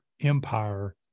empire